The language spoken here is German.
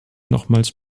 nochmals